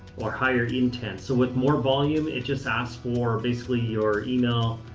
or higher intent? so with more volume, it just asks for basically your email,